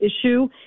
issue